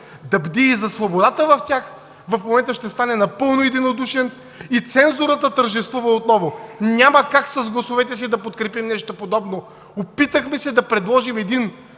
да бди за свободата в тях, в момента ще остане напълно единодушен и цензурата тържествува отново. Няма как с гласовете си да подкрепим нещо подобно. Опитахме се да предложим друг